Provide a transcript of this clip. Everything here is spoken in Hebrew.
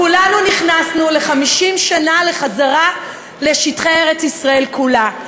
כולנו נכנסנו ל-50 שנה לחזרה לשטחי ארץ-ישראל כולה,